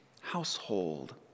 Household